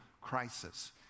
crisis